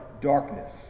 darkness